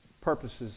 purposes